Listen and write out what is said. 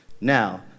Now